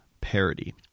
parody